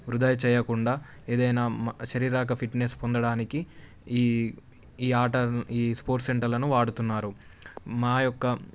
వృధా చేయకుండా ఏదైనా మా శరీరక ఫిట్నెస్ పొందడానికి ఈ ఈ ఆటను ఈ స్పోర్ట్స్ సెంటర్లను వాడుతున్నారు మా యొక్క